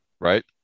Right